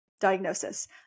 diagnosis